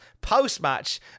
Post-match